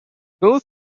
both